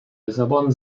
lissabon